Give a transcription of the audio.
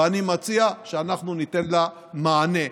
ואני מציע שאנחנו ניתן לה מענה,